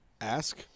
Ask